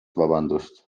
vabandust